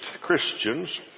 Christians